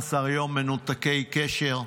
12 יום מנותקי קשר.